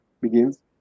begins